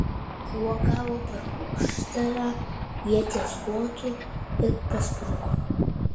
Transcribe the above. šuo gavo per kukšterą ieties kotu ir paspruko